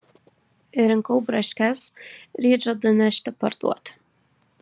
rinkau braškes ryt žadu nešti parduoti